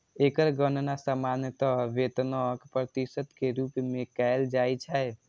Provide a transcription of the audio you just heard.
एकर गणना सामान्यतः वेतनक प्रतिशत के रूप मे कैल जाइ छै